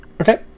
Okay